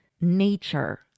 nature